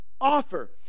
offer